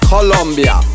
Colombia